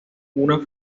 una